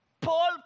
Paul